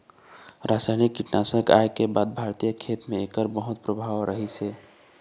रासायनिक कीटनाशक आए के बाद भारतीय खेती म एकर बहुत प्रभाव रहीसे